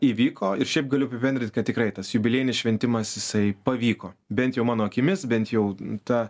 įvyko ir šiaip galiu apibendrinti kad tikrai tas jubiliejinis šventimas jisai pavyko bent jau mano akimis bent jau ta